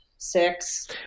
Six